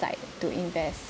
side to invest